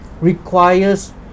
requires